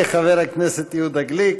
תודה רבה לחבר הכנסת יהודה גליק.